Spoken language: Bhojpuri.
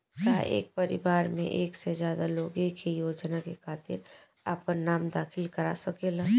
का एक परिवार में एक से ज्यादा लोग एक ही योजना के खातिर आपन नाम दाखिल करा सकेला?